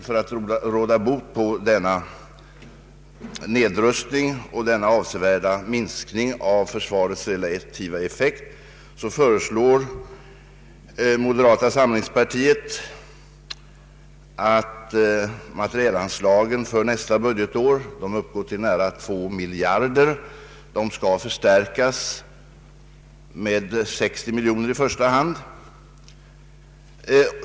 För att råda bot på denna nedrustning och denna avsevärda minskning av försvarets relativa effekt föreslår moderata samlingspartiet att materielanslagen för nästa budgetår, som uppgår till nära två miljarder kronor, skall förstärkas med i första hand 60 miljoner kronor.